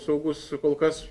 saugus kol kas